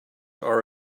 are